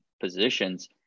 positions